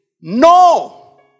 no